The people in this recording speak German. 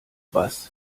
was